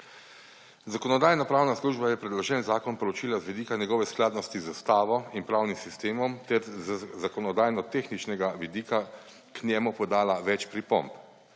Zakonodajno-pravna služba je predloženi zakon preučila z vidika njegove skladnosti z ustavo in pravnim sistemom ter z zakonodajnotehničnega vidika k njemu podala več pripomb.